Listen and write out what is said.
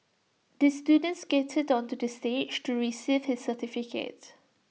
this student skated onto the stage to receive his certificate